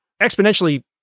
exponentially